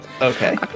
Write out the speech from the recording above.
Okay